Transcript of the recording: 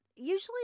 Usually